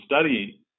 study